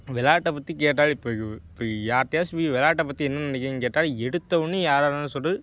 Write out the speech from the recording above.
விளாட்ட பற்றி கேட்டால் இப்போ இப்போ யார்டையாச்சும் போய் விளாட்டா பற்றி என்ன நினக்கிறீங்கன்னு கேட்டால் எடுத்தவுடன்னே யாரானாலும் சொல்கிறது